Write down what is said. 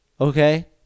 Okay